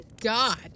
God